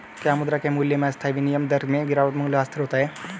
क्या मुद्रा के मूल्य में अस्थायी विनिमय दर में गिरावट मूल्यह्रास होता है?